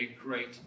great